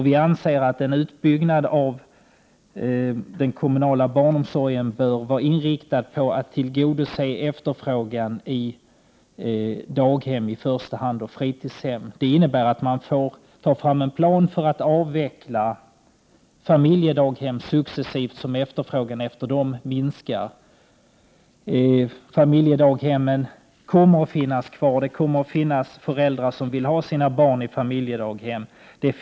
Vi anser att en utbyggnad av den kommunala omsorgen bör vara inriktad på att tillgodose efterfrågan på i första hand daghem och fritidshem. Det innebär att man får ta fram en plan för att avveckla familjedaghem successivt allteftersom efterfrågan på dem minskar. Familjedaghemmen kommer att finnas kvar. Vissa föräldrar kommer att vilja ha sina barn i familjedaghem.